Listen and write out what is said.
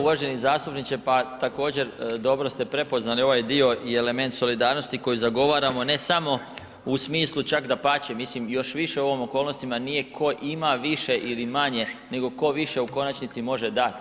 Uvaženi zastupniče, pa također dobro ste prepoznali ovaj dio i element solidarnosti koji zagovaramo ne samo u smislu čak dapače mislim još više u ovim okolnosti nije ko ima više ili manje nego ko više u konačnici može dat.